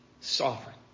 sovereign